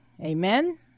Amen